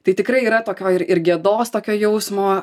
tai tikrai yra tokio ir ir gėdos tokio jausmo